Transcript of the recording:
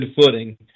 footing